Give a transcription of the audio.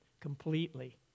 completely